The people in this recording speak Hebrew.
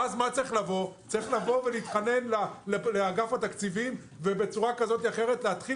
ואז צריך להתחנן לאגף תקציבים וכך להתחיל